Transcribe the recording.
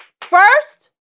First